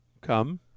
Come